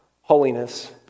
holiness